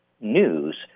news